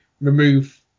remove